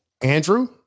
Andrew